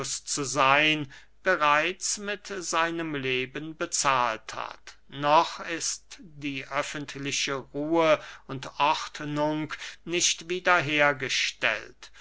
zu seyn bereits mit seinem leben bezahlt hat noch ist die öffentliche ruhe und ordnung nicht wieder